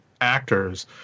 actors